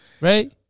right